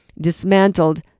dismantled